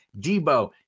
Debo